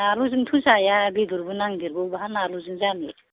नाल'जोंथ' जाया बेदरबो नांदेरगौ बाहा नाल'जों जानो